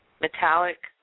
metallic